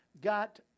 got